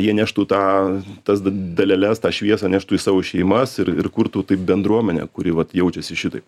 jie neštų tą tas daleles tą šviesą neštų į savo šeimas ir ir kurtų taip bendruomenę kuri vat jaučiasi šitaip